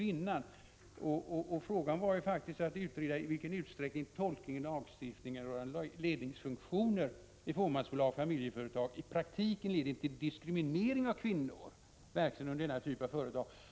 Min fråga löd faktiskt om finansministern var beredd att låta utreda i vilken utsträckning tolkningen av lagstiftningen rörande ledningsfunktioner i fåmansbolag och familjeföretag i praktiken leder till en diskriminering av kvinnor verksamma inom denna typ av företag.